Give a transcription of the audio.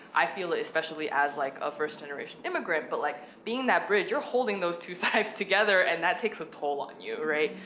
i feel it especially as like a first generation, um but, like, being that bridge, you're holding those two sides together, and that takes a toll on you, right?